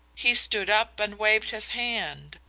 he stood up and waved his hand.